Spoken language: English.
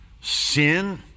sin